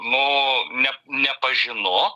nu ne nepažinu